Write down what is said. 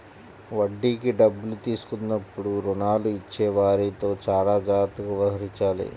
వడ్డీకి డబ్బులు తీసుకున్నప్పుడు రుణాలు ఇచ్చేవారితో చానా జాగ్రత్తగా వ్యవహరించాలి